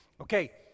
okay